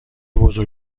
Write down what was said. بزرگ